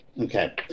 Okay